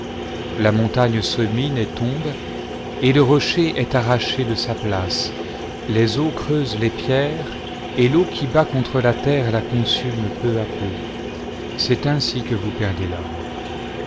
la montagne se mine et tombe et le rocher est arraché de sa place les eaux creusent les pierres et l'eau qui bat contre la terre la consume jieu à peu c'est ainsi que vous perdez l'homme